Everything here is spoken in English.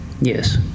Yes